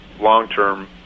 long-term